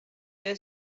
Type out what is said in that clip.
they